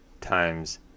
times